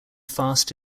fast